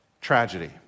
tragedy